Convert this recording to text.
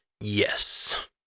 Yes